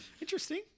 Interesting